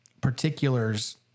particulars